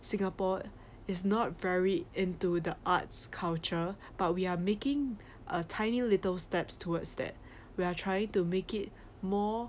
singapore is not very into the arts culture but we are making a tiny little steps towards that we are trying to make it more